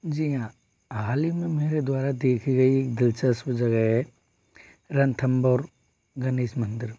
जी हाँ हाल ही में मेरे द्वारा देखी गई दिलचस्प जगह है रणथंबोर गणेश मंदिर